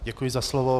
Děkuji za slovo.